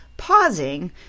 pausing